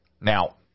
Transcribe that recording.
Now